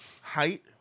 height